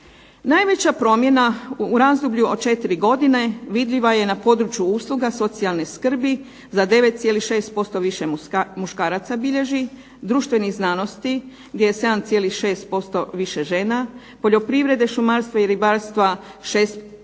Najveća promjena u razdoblju od 4 godina vidljiva je na području usluga, socijalne skrbi za 9,6% više muškaraca bilježi, društvenih znanosti gdje je 7,6% više žena, poljoprivrede, šumarstva i ribarstva 6,5%